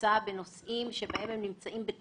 הדבר היחיד שאני לא מוכנה זה לעצור כרגע את כל הפעילות